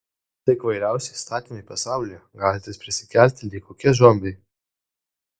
tai kvailiausi įstatymai pasaulyje galintys prisikelti lyg kokie zombiai